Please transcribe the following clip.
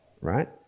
right